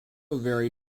vary